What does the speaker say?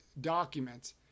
documents